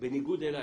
בניגוד אלי.